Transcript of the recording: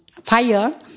Fire